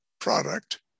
product